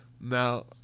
now